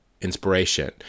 inspiration